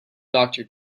doctor